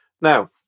Now